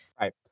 Right